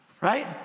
right